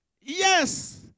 Yes